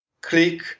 click